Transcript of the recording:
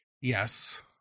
Yes